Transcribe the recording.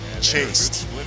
chased